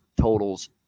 totals